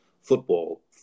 football